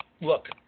look